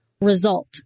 result